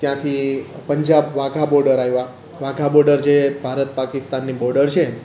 ત્યાંથી પંજાબ વાઘા બોર્ડર આવ્યા વાઘા બોર્ડર જે ભારત પાકિસ્તાનની બોર્ડર છે